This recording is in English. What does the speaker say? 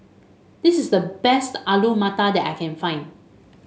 this is the best Alu Matar that I can find